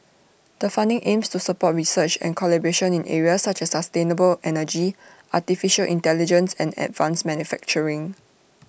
the funding aims to support research and collaboration in areas such as sustainable energy Artificial Intelligence and advanced manufacturing